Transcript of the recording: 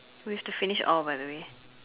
we have to finish all by the way